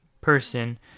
person